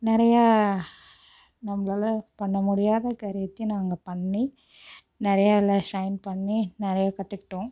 நிறைய நம்பளால் பண்ண முடியாத காரியத்தையும் நாங்கள் பண்ணி நிறையா அதில் ஷைன் பண்ணி நிறையா கற்றுக்கிட்டோம்